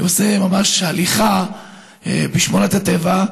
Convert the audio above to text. אני עושה ממש הליכה בשמורת הטבע.